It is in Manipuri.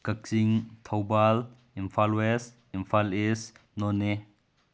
Kakching Thoubal Imphal west Imphal east Noney